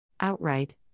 outright